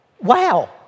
wow